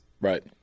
Right